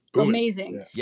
amazing